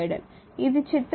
ఇది చిత్రం 1